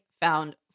found